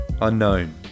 unknown